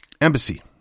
embassy